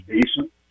decent